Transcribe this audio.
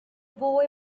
boy